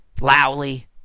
loudly